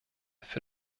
für